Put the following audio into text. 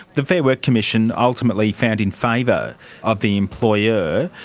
the fair work commission ultimately found in favour of the employer.